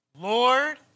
Lord